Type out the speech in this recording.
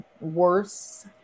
worse